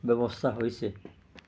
ব্যৱস্থা হৈছে